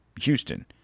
Houston